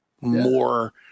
more